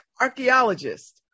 archaeologist